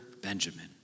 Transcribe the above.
Benjamin